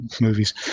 movies